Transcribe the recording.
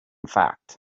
fact